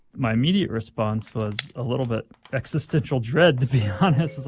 my immediate response was a little bit existential dread, to be honest. it's